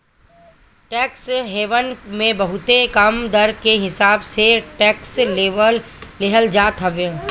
tax haven मे बहुते कम दर के हिसाब से टैक्स लेहल जात बा